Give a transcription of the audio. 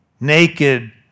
Naked